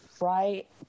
right